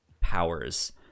powers